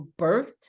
birthed